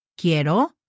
Quiero